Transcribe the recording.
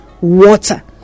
water